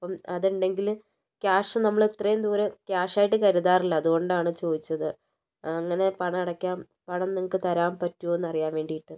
അപ്പം അതിണ്ടെങ്കിൽ ക്യാഷ് നമ്മളിത്രേം ദൂരം ക്യാഷായിട്ട് കരുതാറില്ല അതുകൊണ്ടാണ് ചോദിച്ചത് അങ്ങനെ പണം അടയ്ക്കാം പണം നിങ്ങൾക്ക് തരാൻ പറ്റുമോന്ന് അറിയാൻ വേണ്ടീട്ട്